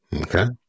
Okay